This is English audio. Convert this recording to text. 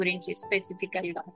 specifically